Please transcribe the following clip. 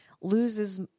loses